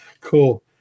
Cool